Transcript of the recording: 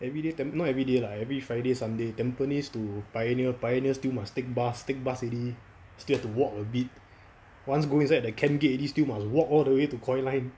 everyday tamp~ not everyday lah every friday sunday tampines to pioneer pioneer still must take bus take bus already still have to walk a bit once go inside the camp gate already still must walk all the way to coy line